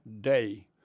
day